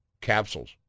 capsules